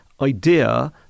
idea